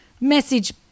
message –